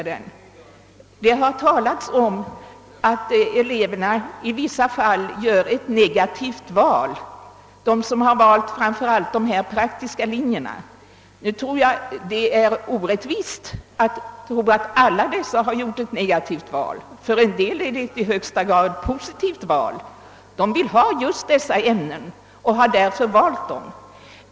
Det har talats om att de elever som valt praktiska linjer i vissa fall gjort ett negativt val. Nu tror jag att det är orättvist att påstå, att alla dessa elever gjort ett negativt val. En hel del av dem har gjort ett i högsta grad positivt val; de vill lära dessa ämnen och har därför valt dem.